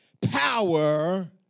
power